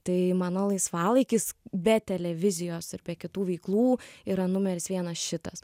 tai mano laisvalaikis be televizijos ir be kitų veiklų yra numeris vienas šitas